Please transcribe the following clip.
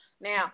Now